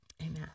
Amen